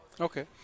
Okay